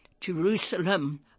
Jerusalem